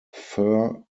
fur